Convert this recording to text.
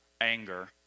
anger